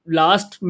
last